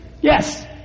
Yes